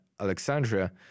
Alexandria